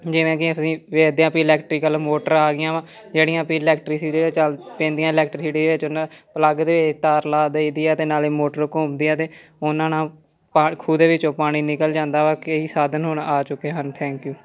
ਜਿਵੇਂ ਕਿ ਅਸੀਂ ਵੇਖਦੇ ਹਾਂ ਵੀ ਇਲੈਕਟਰੀਕਲ ਮੋਟਰ ਆ ਗਈਆਂ ਵਾ ਜਿਹੜੀਆਂ ਵੀ ਇਲੈਕਟ੍ਰੀਸਿਟੀ 'ਤੇ ਚੱਲ ਪੈਂਦੀਆਂ ਇਲੈਕਟ੍ਰੀਸਿਟੀ ਵਿੱਚ ਹੁਣ ਪਲੱਗ 'ਤੇ ਤਾਰ ਲਾ ਦਈ ਦੀ ਆ ਅਤੇ ਨਾਲੇ ਮੋਟਰ ਘੁੰਮਦੀ ਆ ਅਤੇ ਉਹਨਾਂ ਨਾਲ ਪਾ ਖੂਹ ਦੇ ਵਿੱਚੋਂ ਪਾਣੀ ਨਿਕਲ ਜਾਂਦਾ ਵਾ ਕਈ ਸਾਧਨ ਹੁਣ ਆ ਚੁੱਕੇ ਹਨ ਥੈਂਕ ਯੂ